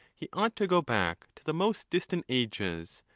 he ought to go back to the most distant ages,